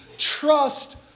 trust